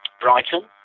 Brighton